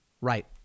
right